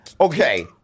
Okay